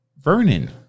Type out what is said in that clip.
Vernon